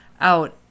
out